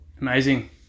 Amazing